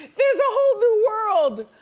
there's a whole new world.